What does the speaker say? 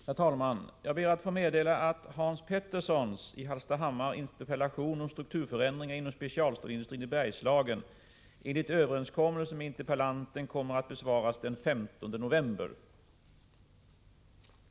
Herr talman! Jag ber att få meddela att Hans Peterssons i Hallstahammar interpellation om strukturförändringarna inom specialstålsindustrin i Bergslagen och Sven Henricssons interpellation om AB Gullfibers verksamhet i Söråker enligt överenskommelser med interpellanterna kommer att besvaras den 15 november.